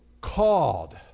called